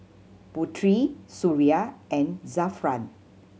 Putri Suria and Zafran